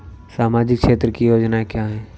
सामाजिक क्षेत्र की योजनाएँ क्या हैं?